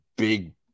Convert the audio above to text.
Big